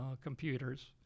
computers